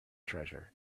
treasure